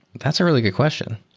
that's a really good question.